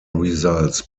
results